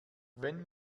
wenn